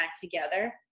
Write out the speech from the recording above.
together